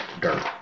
dirt